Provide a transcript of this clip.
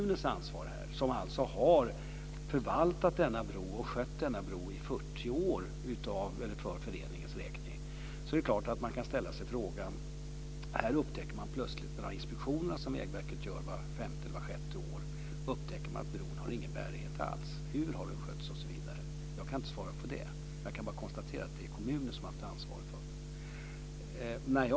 När man talar om ansvaret för kommunen, som har skött denna bro i 40 år för föreningens räkning, kan man naturligtvis fråga sig hur bron har skötts när det plötsligt vid Vägverkets inspektion, som görs vart femte eller vart sjätte år, upptäcks att bron inte har någon bärighet alls. Jag kan inte svara på det. Jag kan bara konstatera att det är kommunen som har haft ansvaret för bron.